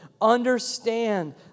understand